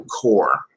core